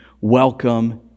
welcome